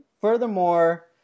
Furthermore